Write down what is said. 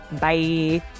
Bye